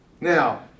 Now